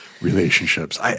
relationships